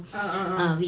ah ah ah